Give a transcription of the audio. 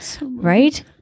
right